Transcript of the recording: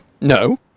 No